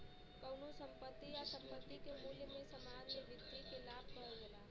कउनो संपत्ति या संपत्ति के मूल्य में सामान्य वृद्धि के लाभ कहल जाला